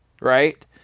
right